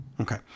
Okay